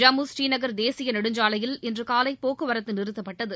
ஜம்மு ஸ்ரீநகர் தேசிய நெடுஞ்சாலையில் இன்று காலை போக்குவரத்து நிறுத்தப்பட்டது